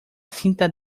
cinta